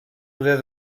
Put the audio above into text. poder